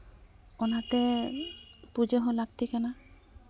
ᱚᱱᱟᱛᱮ ᱯᱩᱡᱟᱹ ᱦᱚᱸ ᱞᱟᱹᱠᱛᱤ ᱠᱟᱱᱟ